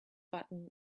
button